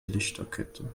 lichterkette